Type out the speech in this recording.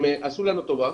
הם עשו לנו טובה,